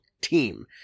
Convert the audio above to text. team